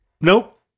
Nope